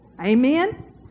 Amen